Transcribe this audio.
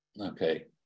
Okay